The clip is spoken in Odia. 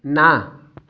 ନା